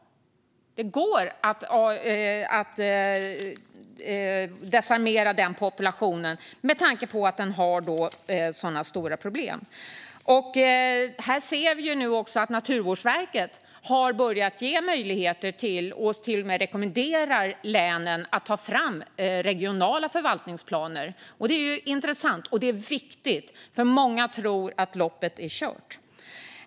Det går att desarmera den populationen med tanke på att den innebär så stora problem. Här ser vi att Naturvårdsverket nu också har börjat ge möjligheter till och till och med rekommenderat länen att ta fram regionala förvaltningsplaner. Det är intressant, och det är viktigt. Många tror nämligen att loppet är kört.